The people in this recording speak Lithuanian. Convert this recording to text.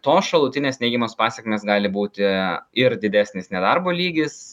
tos šalutinės neigiamos pasekmės gali būti ir didesnis nedarbo lygis